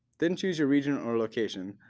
then choose your region or location,